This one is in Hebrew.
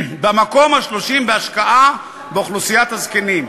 במקום ה-30 בהשקעה באוכלוסיית הזקנים.